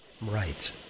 Right